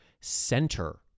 center